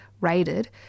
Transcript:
raided